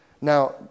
Now